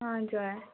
हजुर